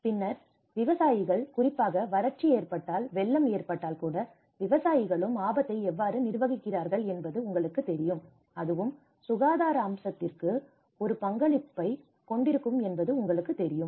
பின்னர் விவசாயிகள் குறிப்பாக வறட்சி ஏற்பட்டால் வெள்ளம் ஏற்பட்டால் கூட விவசாயிகளும் ஆபத்தை எவ்வாறு நிர்வகிக்கிறார்கள் என்பது உங்களுக்குத் தெரியும் அதுவும் சுகாதார அம்சத்திற்கு ஒரு பங்களிப்பைக் கொண்டிருக்கும் என்பது உங்களுக்குத் தெரியும்